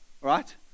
right